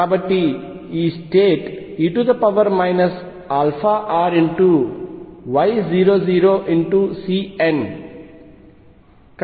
కాబట్టి ఈ state e αr Y00Cn